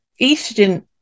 estrogen